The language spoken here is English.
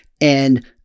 And-